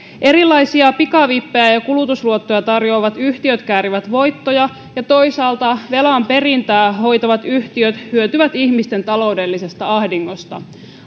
erilaisia pikavippejä ja ja kulutusluottoja tarjoavat yhtiöt käärivät voittoja ja toisaalta velan perintää hoitavat yhtiöt hyötyvät ihmisten taloudellisesta ahdingosta